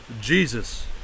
Jesus